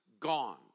Gone